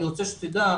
אני רוצה שתדעו,